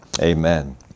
Amen